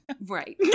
Right